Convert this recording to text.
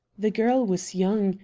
the girl was young,